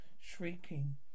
Shrieking